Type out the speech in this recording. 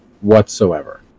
whatsoever